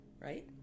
right